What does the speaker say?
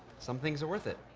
some things are worth it.